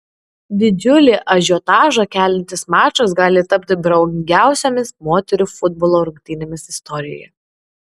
didžiulį ažiotažą keliantis mačas gali tapti brangiausiomis moterų futbolo rungtynėmis istorijoje